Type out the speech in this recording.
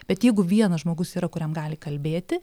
bet jeigu vienas žmogus yra kuriam gali kalbėti